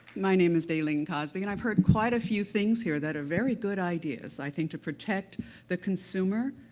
my name is daylene cosby, and i've heard quote a few things here that are very good ideas i think, to protect the consumer,